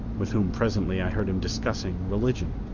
with whom presently i heard him discussing religion.